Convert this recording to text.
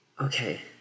Okay